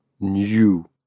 new